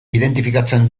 identifikatzen